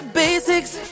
basics